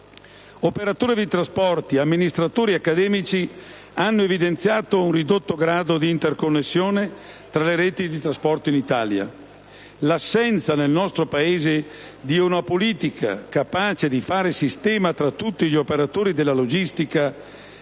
Operatori dei trasporti, amministratori e accademici hanno evidenziato un ridotto grado di interconnessione tra le reti di trasporto in Italia. L'assenza nel nostro Paese di una politica capace di fare sistema tra tutti gli operatori della logistica